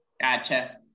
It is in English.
gotcha